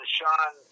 Sean